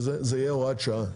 זאת תהיה הוראת שעה.